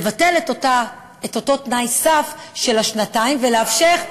לבטל את אותו תנאי סף של השנתיים ולאפשר,